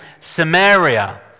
Samaria